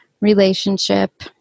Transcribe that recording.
relationship